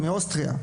מאוסטריה.